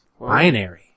Binary